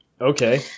Okay